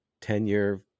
tenure